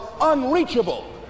unreachable